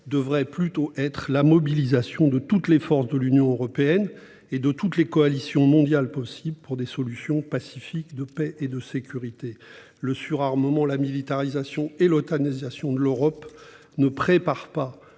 devrait plutôt être la mobilisation de toutes les forces de l'Union européenne et de toutes les coalitions mondiales possibles pour des solutions politiques de paix et de sécurité. Le surarmement, la militarisation et « l'otanisation » de l'Europe ne préparent pas